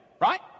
right